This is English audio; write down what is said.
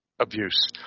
Abuse